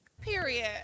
Period